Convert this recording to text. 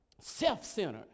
Self-centered